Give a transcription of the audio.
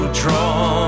draw